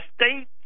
state